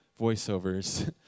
voiceovers